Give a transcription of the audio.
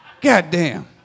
Goddamn